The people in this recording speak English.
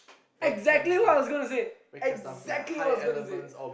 exactly what I was going to say exactly what I was going to say